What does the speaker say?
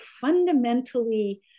fundamentally